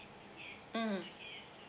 mmhmm